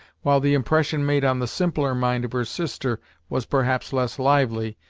while the impression made on the simpler mind of her sister was perhaps less lively,